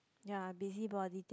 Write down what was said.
ya busybody thing